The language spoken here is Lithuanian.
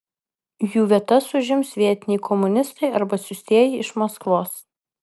jų vietas užims vietiniai komunistai arba atsiųstieji iš maskvos